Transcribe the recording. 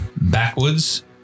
backwards